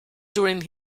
during